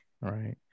Right